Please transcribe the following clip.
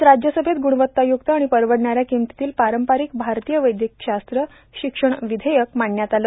आज राज्यसभेत गुणवत्ताय्रक्त आणि परवडणाऱ्या किमतीतील पारंपारिक भारतीय वैद्यकशास्त्र शिक्षण विधेयक मांडण्यात आलं